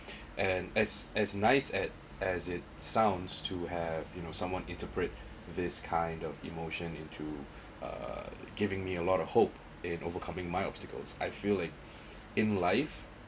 and as as nice at as it sounds to have you know someone interpret this kind of emotion into uh giving me a lot of hope in overcoming my obstacles I feel like in life